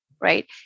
right